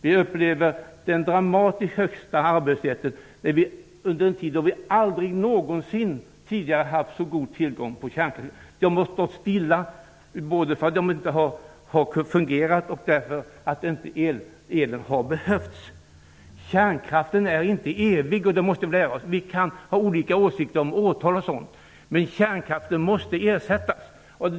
Vi upplever den dramatiskt högsta arbetslösheten under en tid då vi aldrig någonsin tidigare haft så god tillgång till kärnkraft. Verken har stått stilla, både därför att de inte har fungerat och därför att inte elen har behövts. Kärnkraften är inte evig, det måste vi lära oss. Vi kan ha olika åsikter om årtal och sådant, men kärnkraften måste ersättas.